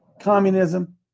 communism